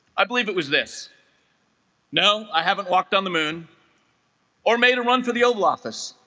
i believe it was this no i haven't walked on the moon or made a run for the oval office